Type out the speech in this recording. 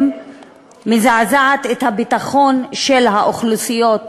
מזעזעת את הביטחון של האוכלוסיות כולן,